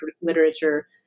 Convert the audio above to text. literature